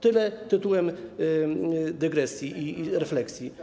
Tyle tytułem dygresji i refleksji.